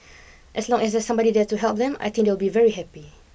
as long as there's somebody there to help them I think they will be very happy